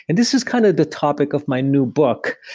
and this is kind of the topic of my new book,